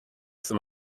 some